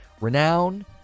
renown